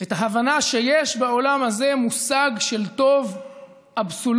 את ההבנה שיש בעולם הזה מושג של טוב אבסולוטי,